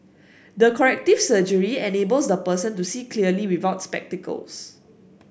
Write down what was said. the corrective surgery enables the person to see clearly without spectacles